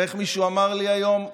ואיך מישהו אמר לי היום?